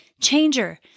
changer